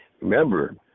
remember